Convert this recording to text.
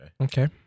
Okay